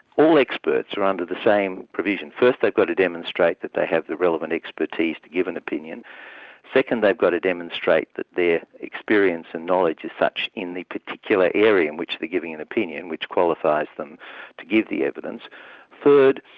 all experts are under the same provision first they've got to demonstrate that they have the relevant expertise to give an opinion second they've got to demonstrate that their experience and knowledge is such in the particular area in which they're giving an opinion, which qualifies them to give the evidence third,